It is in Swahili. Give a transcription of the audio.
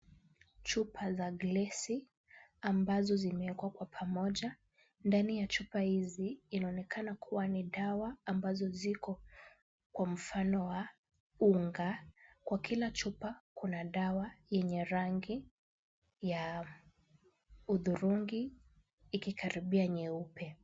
Chupa za glesi ambazo zimewekwa kwa pamoja. Ndani ya chupa hizi inaonekana kuwa ni dawa ambazo ziko kwa mfano wa unga. Kwa kila chupa kuna dawa yenye rangi ya hudhurungi ikikaribia nyeupe.